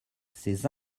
ces